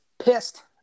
Pissed